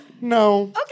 No